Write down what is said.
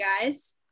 guys